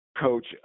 coach